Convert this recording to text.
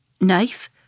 Knife